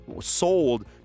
sold